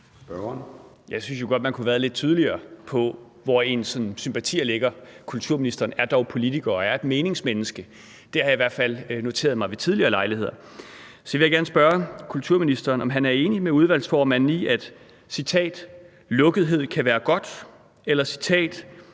Jeg synes jo godt, man kunne have været lidt tydeligere omkring, hvor ens sympatier ligger. Kulturministeren er dog politiker og er et meningsmenneske. Det har jeg i hvert fald noteret mig ved tidligere lejligheder. Så jeg vil gerne spørge kulturministeren, om han er enig med udvalgsformanden i citatet, at lukkethed kan være godt, eller